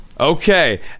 Okay